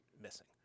Missing